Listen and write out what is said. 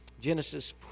Genesis